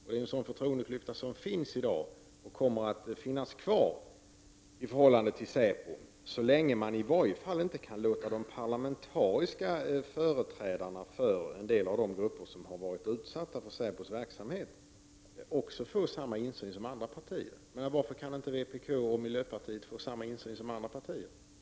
En sådan förtroendeklyfta som finns i dag kommer att finnas kvar i förhållande till säpo så länge man inte kan låta de parlamentariska företrädarna för en del av de grupper som har varit utsatta för säpos verksamhet också få samma insyn som andra partier. Varför kan inte vpk och miljöpartiet få samma insyn som andra partier?